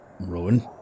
Rowan